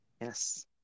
Yes